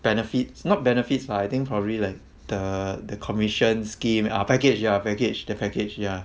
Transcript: benefits not benefits lah I think probably like the the commission scheme ah package ya package ya the package ya